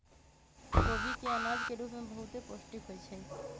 खोबि के अनाज के रूप में बहुते पौष्टिक होइ छइ